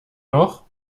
noch